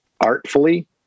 artfully